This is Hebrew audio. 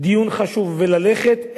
דיון חשוב וללכת,